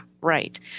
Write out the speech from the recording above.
right